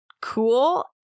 cool